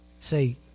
say